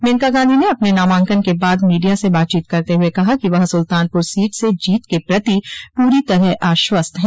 मेनका गांधी ने अपने नामांकन के बाद मीडिया से बातचीत करते हुए कहा कि वह सुल्तानपुर सीट से जीत के प्रति पूरी तरह आश्वस्त है